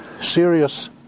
serious